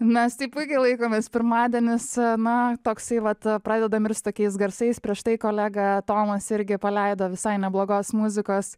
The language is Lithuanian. mes tai puikiai laikomės pirmadienis na toksai vat pradedam ir su tokiais garsais prieš tai kolega tomas irgi paleido visai neblogos muzikos